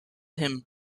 him